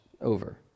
over